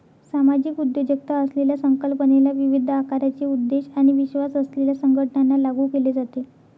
सामाजिक उद्योजकता असलेल्या संकल्पनेला विविध आकाराचे उद्देश आणि विश्वास असलेल्या संघटनांना लागू केले जाते